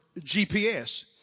GPS